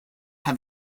have